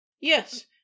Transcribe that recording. Yes